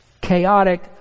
chaotic